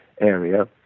area